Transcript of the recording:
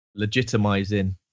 legitimizing